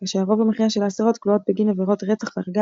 כאשר הרוב המכריע של האסירות כלואות בגין עבירות רצח והריגה,